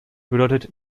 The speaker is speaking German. bedeutet